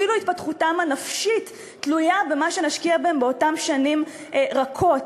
אפילו התפתחותם הנפשית תלויה במה שנשקיע בהם באותן שנים רכות.